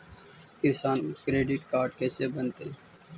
किसान credit card कैसे बनतै?